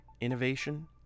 innovation